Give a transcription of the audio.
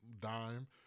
dime